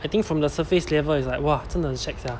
I think from the surface level is like !wah! 真的很 shag sia